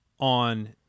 on